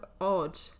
odd